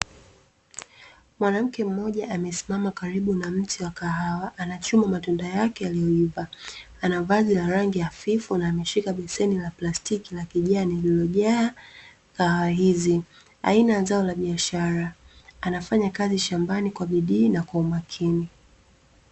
Mwanamke mmoja amesimama karibu na mti wa kahawa, anachuma matunda yake yaliyoiva, anavazi ya rangi hafifu na ameshika beseni la plastiki la kijani, lililojaa kahawa hizo, aina ya zao la biashara. Anafanya kazi shambani kwa bidii na kwa umakini.